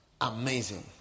amazing